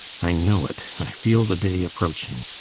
i know it i feel the day approaching.